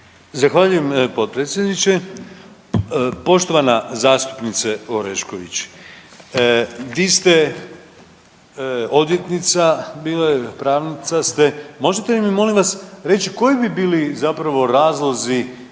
Zahvaljujem potpredsjedniče. Poštovana zastupnice Orešković. Vi ste odvjetnica, pravnica ste, možete li mi molim vas reći koji bi bili zapravo razlozi